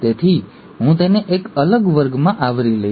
તેથી હું તેને એક અલગ વર્ગમાં આવરી લઈશ